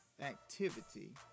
activity